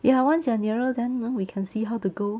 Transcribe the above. ya once you're nearer then we can see how to go